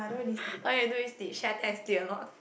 all you all do is the share test did a lot